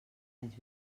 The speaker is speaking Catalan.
anys